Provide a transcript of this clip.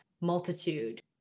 multitude